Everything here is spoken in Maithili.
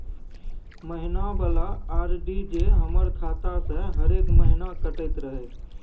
महीना वाला आर.डी जे हमर खाता से हरेक महीना कटैत रहे?